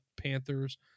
Panthers